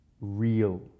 real